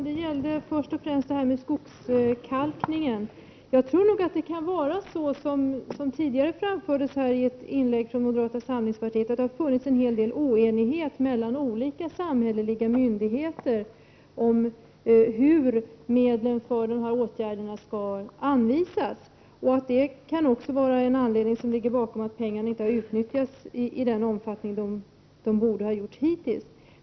Fru talman! Först och främst tänker jag på detta med skogskalkningen. Enligt vad som framfördes här i ett tidigare moderat inlägg har det funnits en betydande oenighet mellan olika samhälleliga myndigheter om hur medlen beträffande de här åtgärderna skall anvisas. Det kan vara en av anledningarna till att pengarna inte har utnyttjats i den omfattning som de hittills borde ha använts.